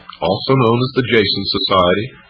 also known as the jason society,